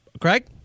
Craig